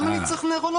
למה אני צריך נוירולוג?